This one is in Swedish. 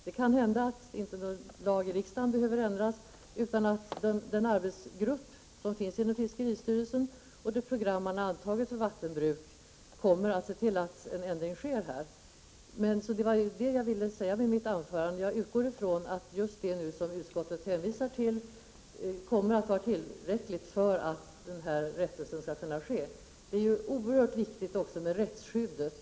Det kan hända att inte någon lag behöver ändras i riksdagen, utan att den arbetsgrupp som finns inom fiskeristyrelsen och det program man har antagit för vattenbruk kommer att se till att en ändring sker. Det var detta jag ville säga med mitt anförande. Jag utgår från att just det som utskottet nu hänvisar till kommer att vara tillräckligt för att denna rättelse skall kunna ske. Rättsskyddet är ju också oerhört viktigt.